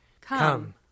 Come